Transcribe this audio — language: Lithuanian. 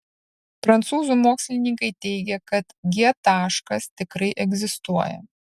prancūzų mokslininkai teigia kad g taškas tikrai egzistuoja